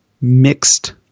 mixed